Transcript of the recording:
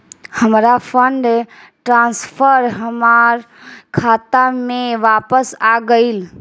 हमार fund transfer हमार खाता में वापस आ गइल